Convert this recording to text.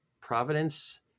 providence